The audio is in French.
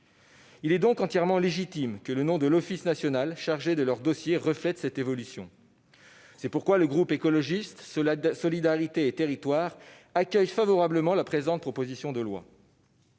Il est donc entièrement légitime que le nom de l'Office national chargé de leurs dossiers reflète cette évolution. C'est pourquoi le groupe Écologiste - Solidarité et Territoires accueille favorablement la présente proposition de loi.